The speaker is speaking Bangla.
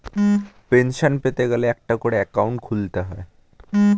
পেনশন পেতে গেলে একটা করে অ্যাকাউন্ট খুলতে হয়